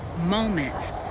moments